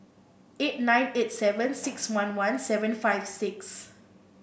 eight nine eight seven six one one seven five six